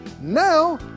Now